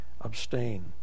abstain